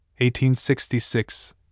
1866